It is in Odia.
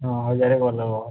ହଁ ହଜାରେ କରିଦେବ